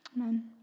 Amen